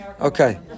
Okay